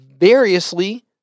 variously